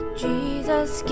jesus